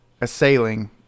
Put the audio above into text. assailing